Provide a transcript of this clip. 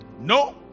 no